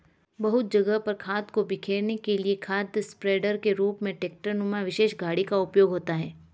बहुत जगह पर खाद को बिखेरने के लिए खाद स्प्रेडर के रूप में ट्रेक्टर नुमा विशेष गाड़ी का उपयोग होता है